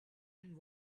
and